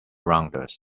rounders